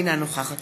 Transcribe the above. אינה נוכחת